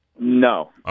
No